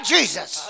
Jesus